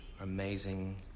amazing